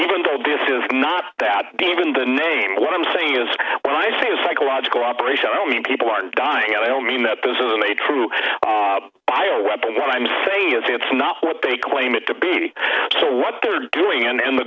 even though this is not that even the name what i'm saying is when i say a psychological operation i don't mean people are dying i don't mean that this isn't a true bio weapon what i'm saying is it's not what they claim it to be so what they're doing and in the